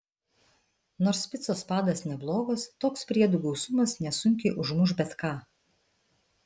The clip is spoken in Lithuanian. nors picos padas neblogas toks priedų gausumas nesunkiai užmuš bet ką